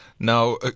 Now